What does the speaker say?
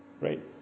right